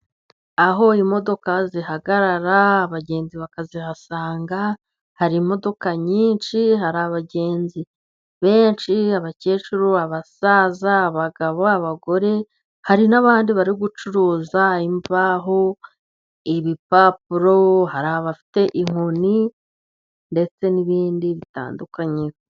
Aho imodoka zihagarara, abagenzi bakazihasanga, hari imodoka nyinshi, hari abagenzi benshi, abakecuru, abasaza, abagabo, abagore, hari n'abandi bari gucuruza imbaho, ibipapuro, hari abafite inkoni ndetse n'ibindi bitandukanye.